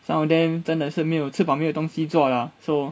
some of them 真的是没有吃饱没有东西做 lah so